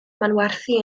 manwerthu